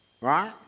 Right